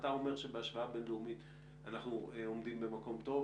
אתה אומר שבהשוואה בין-לאומית אנחנו עומדים במקום טוב.